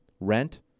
rent